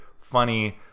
funny